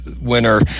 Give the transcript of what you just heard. winner